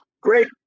Great